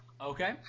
okay